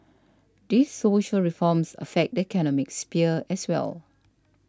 these social reforms affect the economic sphere as well